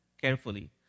carefully